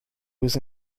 was